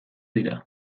dira